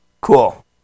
cool